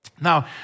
Now